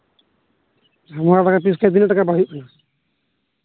ᱱᱚᱣᱟ ᱵᱟᱦᱟ ᱛᱤᱱᱟᱹᱜ ᱴᱟᱠᱟᱛᱮ ᱦᱩᱭᱩᱜ